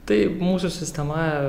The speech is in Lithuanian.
tai mūsų sistema